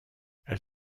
elle